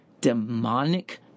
demonic